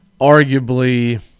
arguably